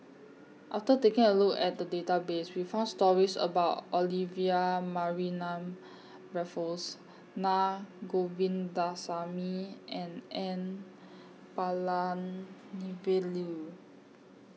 after taking A Look At The Database We found stories about Olivia Mariamne Raffles Naa Govindasamy and N Palanivelu